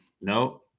No